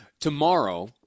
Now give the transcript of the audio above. Tomorrow